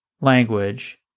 language